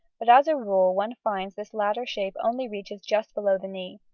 but as a rule one finds this latter shape only reaches just below the knee.